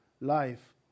life